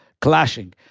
Clashing